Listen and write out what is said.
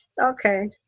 Okay